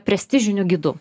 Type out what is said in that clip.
prestižiniu gidu